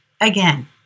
again